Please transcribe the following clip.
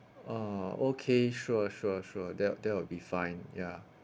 uh okay sure sure sure that that will be fine ya